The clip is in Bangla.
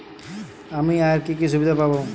আমি আর কি কি সুবিধা পাব?